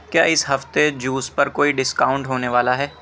کیا اس ہفتے جوس پر کوئی ڈسکاؤنٹ ہونے والا ہے